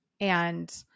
And-